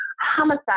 homicide